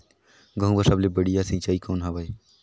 गहूं बर सबले बढ़िया सिंचाई कौन हवय?